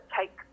take